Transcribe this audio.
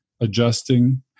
adjusting